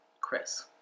Chris